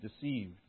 deceived